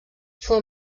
fou